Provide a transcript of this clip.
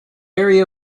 area